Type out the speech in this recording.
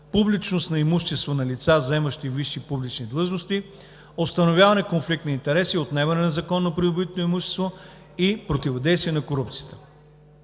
публичност на имуществото на лица, заемащи висши публични длъжности, установяване конфликт на интереси, отнемане на незаконно придобитото имущество и противодействие на корупцията.